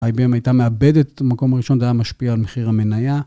IBM הייתה מאבדת במקום הראשון, זה היה משפיע על מחיר המניה.